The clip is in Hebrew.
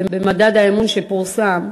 במדד האמון שפורסם,